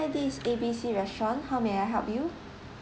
this A_B_C restaurant how may I help you